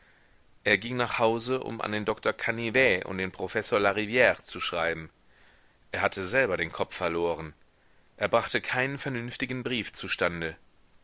er ging nach hause um an den doktor canivet und den professor larivire zu schreiben er hatte selber den kopf verloren er brachte keinen vernünftigen brief zustande